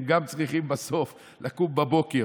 הם גם צריכים בסוף לקום בבוקר,